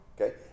okay